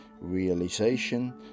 realization